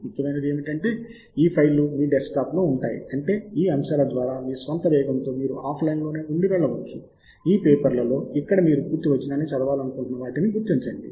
ముఖ్యమైనది ఏమిటంటే ఈ ఫైల్లు మీ డెస్క్టాప్లో ఉంటాయి అంటే ఈ అంశాల ద్వారా మీ స్వంత వేగంతో మీరు ఆఫ్లైన్లో ఉండి వెళ్ళవచ్చు ఈ పేపర్లలో ఇక్కడ మీరు పూర్తి వచనాన్ని చదవాలనుకుంటున్న వాటిని గుర్తించండి